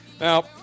Now